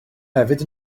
hefyd